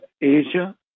Asia